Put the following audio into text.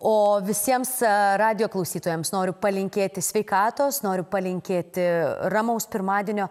o visiems radijo klausytojams noriu palinkėti sveikatos noriu palinkėti ramaus pirmadienio